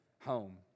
home